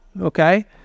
Okay